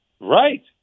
Right